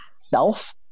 self